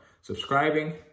subscribing